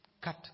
cut